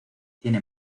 tiene